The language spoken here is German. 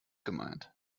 gemeint